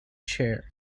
chair